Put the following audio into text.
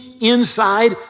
inside